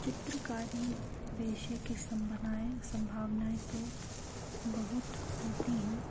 चित्रकारी पेशे की संभावनाएँ संभावनाएँ तो बहुत होती हैं